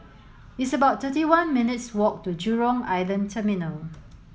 it's about thirty one minutes' walk to Jurong Island Terminal